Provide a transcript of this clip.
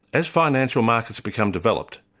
as financial markets become developed,